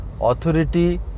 authority